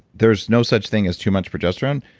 there's no such thing as too much progesterone,